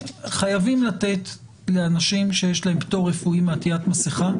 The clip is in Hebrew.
חייבים לתת לאנשים שיש להם פטור רפואי מעטיית מסיכה,